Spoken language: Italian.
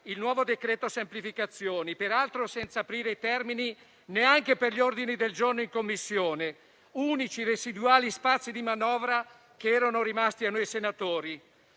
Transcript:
il nuovo decreto semplificazioni, peraltro senza aprire i termini neanche per gli ordini del giorno in Commissione, unici residuali spazi di manovra che erano rimasti a noi senatori.